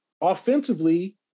offensively